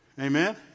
Amen